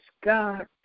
God